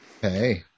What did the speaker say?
Hey